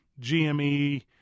GME